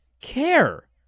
care